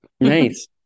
Nice